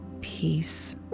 peace